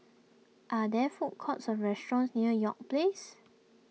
are there food courts or restaurants near York Place